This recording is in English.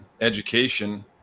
education